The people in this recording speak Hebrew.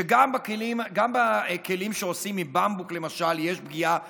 שגם בכלים שעושים מבמבוק, למשל, יש פגיעה סביבתית,